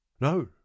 No